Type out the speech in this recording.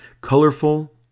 Colorful